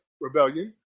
Rebellion